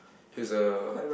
is a